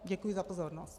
Děkuji za pozornost.